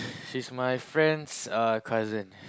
she's my friend's uh cousin